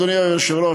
אדוני היושב-ראש,